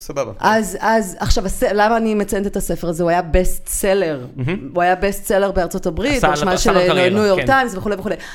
סבבה. אז עכשיו למה אני מציינת את הספר הזה, הוא היה בייסט סלר. הוא היה בייסט סלר בארצות הברית, במשמע של ניו יורק טיימס וכולי וכולי.